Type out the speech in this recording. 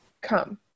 come